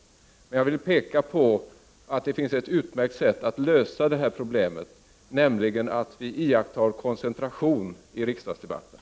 Jag vill emellertid peka på att det finns ett utmärkt sätt att lösa detta problem, nämligen att vi riksdagsledamöter iakttar koncentration i riksdagsdebatterna.